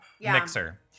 mixer